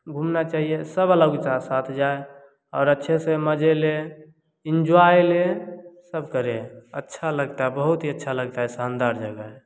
घूमना चाहिए सब अलग विचार जाए साथ जाए और अच्छे से मज़े ले एन्जॉय ले सब करे अच्छा लगता है बहुत ही अच्छा लगता है शानदार जगह है